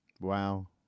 Wow